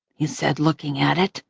he said, looking at it.